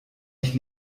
ich